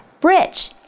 bridge